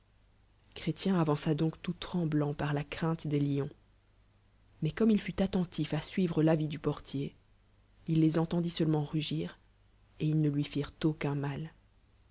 chrétien avança donc tout tremblant parla crainte des lions mais comme il fat allentif il suivre l'avit du portier il les entendit ieli ement rugir et ils ne lui firent aocùn mal